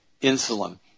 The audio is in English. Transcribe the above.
insulin